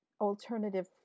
alternative